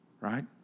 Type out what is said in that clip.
right